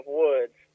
woods